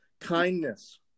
kindness